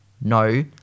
No